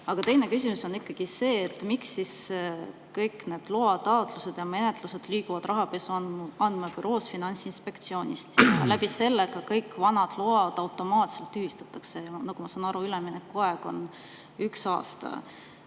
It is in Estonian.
teine küsimus on ikkagi see, et miks kõik need loataotlused ja -menetlused liiguvad Rahapesu Andmebüroost Finantsinspektsiooni. Selle tõttu ka kõik vanad load automaatselt tühistatakse. Nagu ma saan aru, üleminekuaeg on üks aasta.